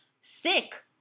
sick